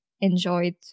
enjoyed